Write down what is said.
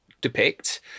depict